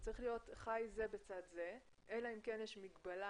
זה צריך להיות חי זה בצד זה אלא אם כן יש מגבלה